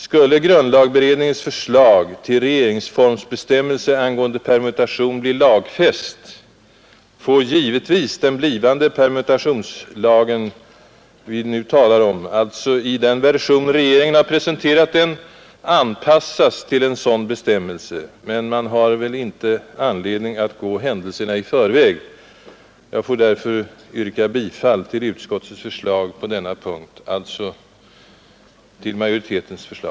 Skulle grundlagberedningens förslag till regeringsformsbestämmelser angående permutation bli lagfäst, får givetvis den blivande permutationslag som vi nu talar om — alltså i den version som regeringen har presenterat den — anpassas till en sådan bestämmelse, men man har väl inte anledning att nu gå händelserna i förväg. Jag ber därför att få yrka bifall till utskottsmajoritetens hemställan under punkten A.